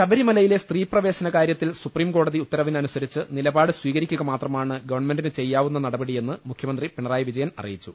ശബരിമലയിലെ സ്ത്രീപ്രവേശന കാര്യത്തിൽ സുപ്രീംകോടതി ഉത്തരവിനനുസരിച്ച് നിലപാട് സ്വീകരിക്കുക മാത്രമാണ് ഗവൺമെന്റിന് ചെയ്യാവുന്ന നടപടിയെന്ന് മുഖ്യമന്ത്രി പിണറായി വിജയൻ അറിയിച്ചു